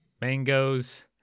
mangoes